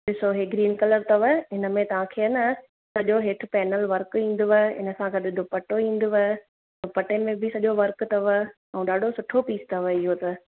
ॾिसो हीउ green colour अथव हिन में तव्हांखे आहे न सॼो हेठि पेनल वर्क ईंदव हिनसां गॾ दुपटो ईंदव दुपटे में बि सॼो वर्क अथव ऐं ॾाढो सुठो पीस अथव इहो त